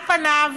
על פניו,